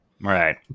Right